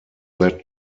that